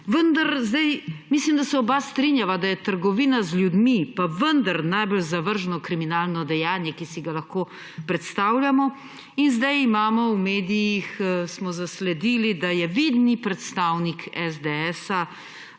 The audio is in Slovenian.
odgovori. Mislim, da se oba strinjava, da je trgovina z ljudmi pa vendar najbolj zavržno kriminalno dejanje, kar si jih lahko predstavljamo. In zdaj imamo, v medijih smo zasledili, da je vidni predstavnik SDS,